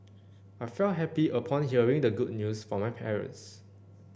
I felt happy upon hearing the good news from my parents